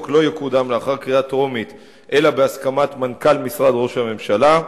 לא יקודם לאחר הקריאה הטרומית אלא בהסכמת מנכ"ל משרד ראש הממשלה,